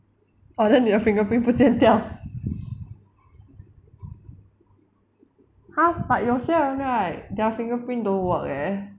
ah then you fingerprint 不见掉 !huh! but 有些人 right their fingerprint don't work leh